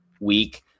week